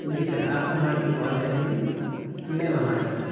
جی sir آپ وہاں آ کے کال کر لیں گے میں وہاں آ جاؤں گا